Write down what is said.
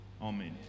Amen